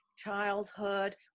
childhood